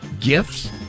Gifts